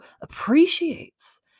appreciates